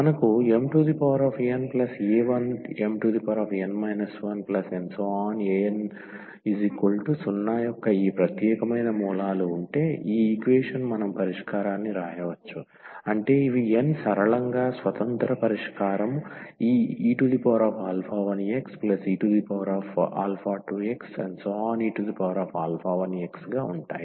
మనకు mna1mn 1an0 యొక్క ఈ ప్రత్యేకమైన మూలాలు ఉంటే ఈ ఈక్వేషన్ మనం పరిష్కారాన్ని వ్రాయవచ్చు అంటే ఇవి n సరళంగా స్వతంత్ర పరిష్కారం e1xe2xenx గా ఉంటాయి